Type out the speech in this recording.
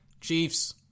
Chiefs